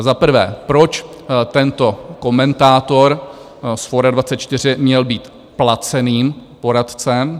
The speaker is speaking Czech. Za prvé, proč tento komentátor z Forum24 měl být placeným poradcem?